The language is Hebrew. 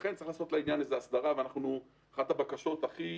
לכן צריך לעשות לעניין הסדרה, ואחת הבקשות הכי